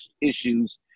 issues